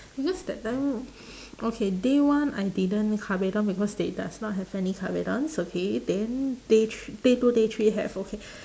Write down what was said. because that time okay day one I didn't kabedon because they does not have any kabedons okay then day thre~ day two day three have okay